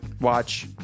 watch